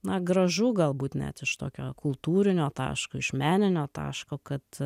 na gražu galbūt net iš tokio kultūrinio taško iš meninio taško kad